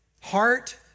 heart